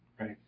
right